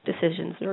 decisions